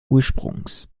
ursprungs